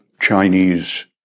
Chinese